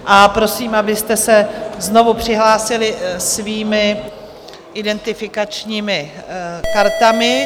A prosím, abyste se znovu přihlásili svými identifikačními kartami.